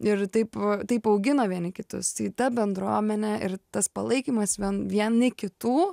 ir taip taip augina vieni kitus tai ta bendruomenė ir tas palaikymas vien vieni kitų